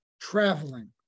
traveling